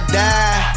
die